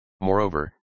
Moreover